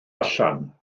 allan